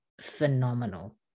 phenomenal